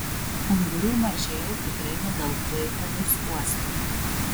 ungurių mažėja tikrai ne dėl klaipėdos uosto